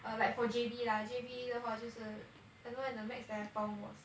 err like for J_B lah J_B 的话就是 I don't know leh the max that I found was